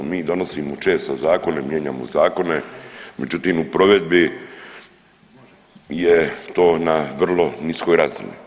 Mi donosimo često zakone, mijenjamo zakone, međutim u provedbi je to na vrlo niskoj razini.